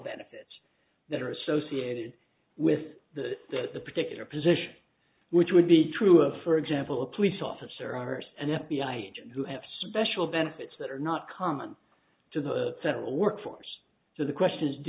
benefits that are associated with that the particular position which would be true of for example a police officer hurst an f b i agent who have special benefits that are not common to the federal workforce so the question is do